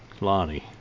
Lonnie